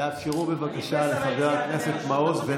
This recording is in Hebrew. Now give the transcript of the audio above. חבר הכנסת מעוז.